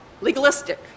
legalistic